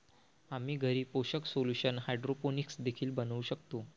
आम्ही घरी पोषक सोल्यूशन हायड्रोपोनिक्स देखील बनवू शकतो